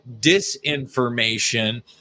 disinformation